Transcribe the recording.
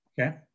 Okay